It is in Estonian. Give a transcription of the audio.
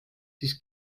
siis